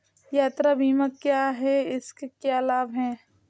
यात्रा बीमा क्या है इसके क्या लाभ हैं?